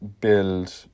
build